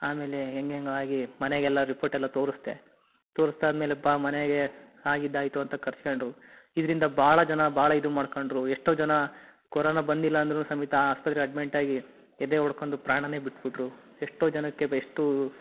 ಆಮೇಲೆ ಹೆಂಗೆ ಹೇಗೋ ಆಗಿ ಮನೆಗೆಲ್ಲ ರಿಪೋರ್ಟ್ ಎಲ್ಲ ತೋರಿಸ್ದೆ ತೋರ್ಸ್ದಾದ ಮೇಲೆ ಬಾ ಮನೆಗೆ ಆಗಿದ್ದು ಆಯಿತು ಅಂತ ಕರ್ಸ್ಗಂಡ್ರು ಇದರಿಂದ ಭಾಳ ಜನ ಭಾಳ ಇದು ಮಾಡ್ಕೊಂಡ್ರು ಎಷ್ಟೋ ಜನ ಕೊರೋನಾ ಬಂದಿಲ್ಲ ಅಂದ್ರು ಸಮೇತ ಆಸ್ಪತ್ರೆಗೆ ಅಡ್ಮಿಂಟ್ ಆಗಿ ಎದೆ ಒಡ್ಕಂಡು ಪ್ರಾಣನೇ ಬಿಟ್ಬಿಟ್ರು ಎಷ್ಟೋ ಜನಕ್ಕೆ ಬೆ ಎಷ್ಟು